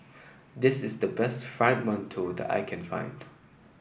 this is the best Fried Mantou that I can find